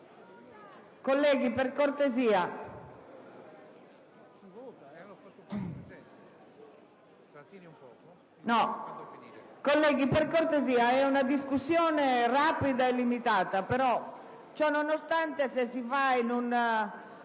Colleghi, per cortesia, è una discussione rapida e limitata; ciononostante se si potesse